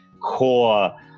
core